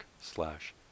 slash